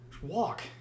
Walk